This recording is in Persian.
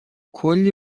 کلی